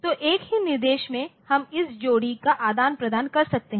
तो एक ही निर्देश में हम इस जोड़ी का आदान प्रदान कर रहे हैं